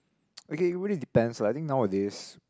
okay it really depends lah I think nowadays